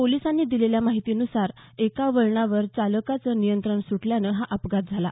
पोलिसांनी दिलेल्या माहितीनुसार एका वळणावर चालकाचं नियंत्रण सुटल्यानं हा अपघात झाला